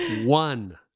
One